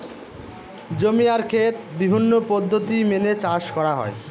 জমি আর খেত বিভিন্ন পদ্ধতি মেনে চাষ করা হয়